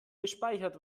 gespeichert